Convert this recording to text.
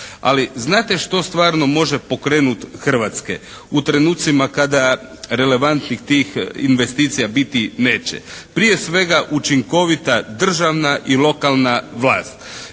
Ali znate što stvarno može pokrenuti Hrvatske u trenucima kada relevantnih tih investicija biti neće? Prije svega učinkovita državna i lokalna vlast